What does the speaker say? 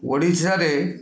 ଓଡ଼ିଶାରେ